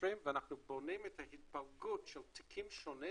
ואנחנו בונים את ההתפלגות של תיקים שונים